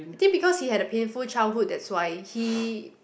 I think because he had a painful childhood that's why he